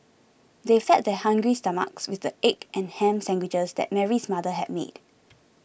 they fed their hungry stomachs with the egg and ham sandwiches that Mary's mother had made